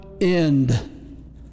end